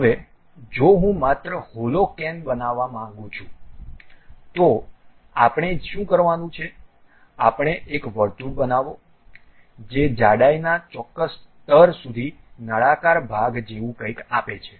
હવે જો હું માત્ર હોલો કેન બનાવવા માંગું છું તો આપણે શું કરવાનું છે પહેલા એક વર્તુળ બનાવો જે જાડાઈના ચોક્કસ સ્તર સુધી નળાકાર ભાગ જેવું કંઈક આપે છે